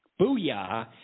Booyah